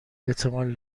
احتمال